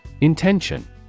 Intention